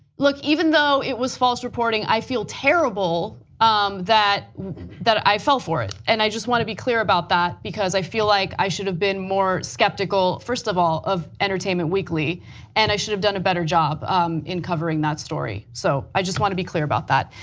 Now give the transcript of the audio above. like even though it was false reporting, i feel terrible um that that i fell for it and i just want to be clear about that because i feel like i should've been more skeptical first of all of entertainment weekly and i should've done a better job um in covering the story. so i just want to be clear about that.